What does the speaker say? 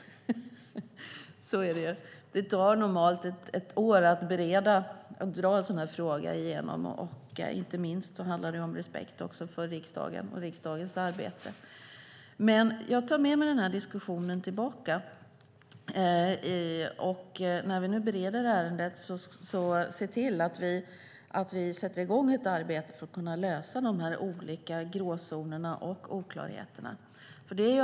Det tar normalt ett år att bereda en sådan här fråga. Inte minst handlar det också om respekt för riksdagen och riksdagens arbete. Jag tar dock med mig den här diskussionen tillbaka. När vi nu bereder ärendet får vi se till att sätta i gång ett arbete för att kunna lösa de olika gråzonerna och oklarheterna.